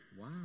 Wow